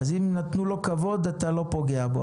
אז אם נתנו לו כבוד, אתה לא פוגע בו.